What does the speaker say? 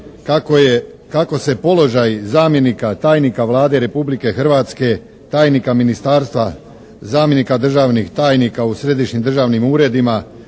kako se položaj zamjenika, tajnika Vlade Republike Hrvatske, tajnika ministarstva, zamjenika državnih tajnika u središnjim državnim uredima,